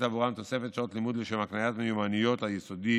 עבורם תוספת שעות לימוד לשם הקניית מיומנויות היסודי